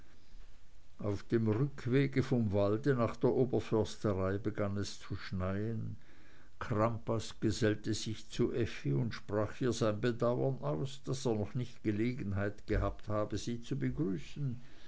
auf dem rückwege vom wald nach der oberförsterei begann es zu schneien crampas gesellte sich zu effi und sprach ihr sein bedauern aus daß er noch nicht gelegenheit gehabt habe sie zu begrüßen